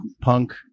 punk